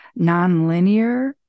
nonlinear